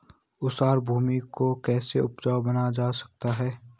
ऊसर भूमि को कैसे उपजाऊ बनाया जा सकता है?